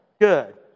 Good